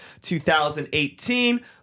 2018